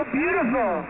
beautiful